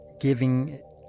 giving